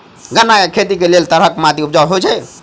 गन्ना केँ खेती केँ लेल केँ तरहक माटि उपजाउ होइ छै?